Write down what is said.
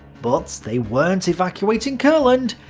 but they weren't evacuating courland!